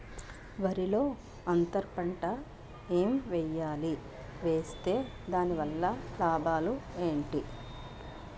వరిలో అంతర పంట ఎం వేయాలి? వేస్తే దాని వల్ల లాభాలు ఏంటి?